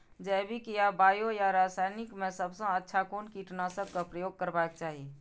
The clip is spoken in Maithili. जैविक या बायो या रासायनिक में सबसँ अच्छा कोन कीटनाशक क प्रयोग करबाक चाही?